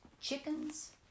chickens